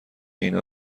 اینا